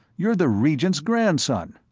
you're the regent's grandson.